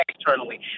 externally